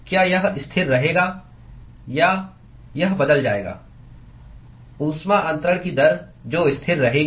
क्या यह स्थिर रहेगा या यह बदल जाएगा ऊष्मा अंतरण की दर जो स्थिर रहेगी